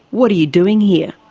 what are you doing here?